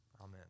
Amen